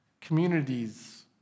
communities